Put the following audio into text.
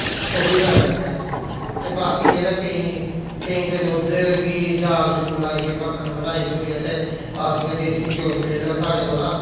ते ओह् बी करी लैन्ने अस ते बाकी जेह्ड़ा केईं केईं ते दुद्ध गी जाग जूग लाइयै मक्खन बनाई बनुइयै ते आखदियां देस्सी घ्यो बी लेई लैओ साढ़ै कोला